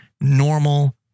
normal